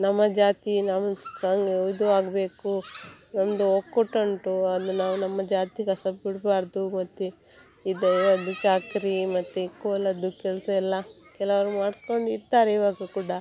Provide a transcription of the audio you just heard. ನಮ್ಮ ಜಾತಿ ನಾವೊಂದು ಸಂಘ ಇದು ಆಗಬೇಕು ನಮ್ಮದು ಒಕ್ಕೂಟ ಉಂಟು ಅದು ನಾವು ನಮ್ಮ ಜಾತಿ ಕಸಬು ಬಿಡಬಾರ್ದು ಮತ್ತು ಇದು ಒಂದು ಚಾಕರಿ ಮತ್ತು ಕೋಲದ್ದು ಕೆಲಸ ಎಲ್ಲ ಕೆಲವರು ಮಾಡ್ಕೊಂಡು ಇರ್ತಾರೆ ಇವಾಗ ಕೂಡ